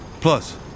Plus